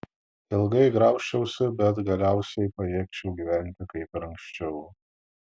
ilgai graužčiausi bet galiausiai pajėgčiau gyventi kaip ir anksčiau